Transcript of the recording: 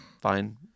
fine